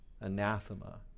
Anathema